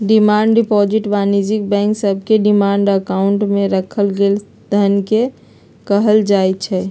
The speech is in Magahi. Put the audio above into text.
डिमांड डिपॉजिट वाणिज्यिक बैंक सभके डिमांड अकाउंट में राखल गेल धन के कहल जाइ छै